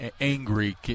angry